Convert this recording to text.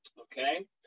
okay